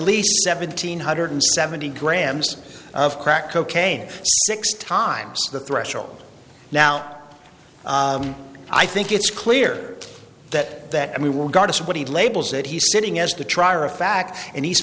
least seventeen hundred seventy grams of crack cocaine times the threshold now i think it's clear that that we will go to somebody labels that he's sitting is to try are a fact and he's